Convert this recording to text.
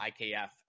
IKF